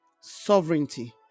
sovereignty